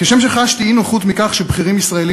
כשם שחשתי אי-נוחות מכך שבכירים ישראלים